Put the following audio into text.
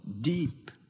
deep